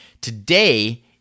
Today